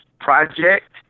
project